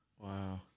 Wow